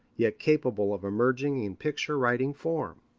yet capable of emerging in picture-writing form.